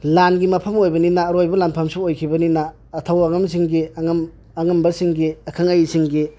ꯂꯥꯟꯒꯤ ꯃꯐꯝ ꯑꯣꯏꯕꯅꯤꯅ ꯑꯔꯣꯏꯕ ꯂꯥꯜꯐꯝꯁꯨ ꯑꯣꯏꯈꯤꯕꯅꯤꯅ ꯑꯊꯧ ꯑꯉꯝꯁꯤꯡꯒꯤ ꯑꯉꯝꯕ ꯁꯤꯡꯒꯤ ꯑꯈꯪ ꯑꯍꯩ ꯁꯤꯡꯒꯤ